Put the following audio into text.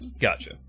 gotcha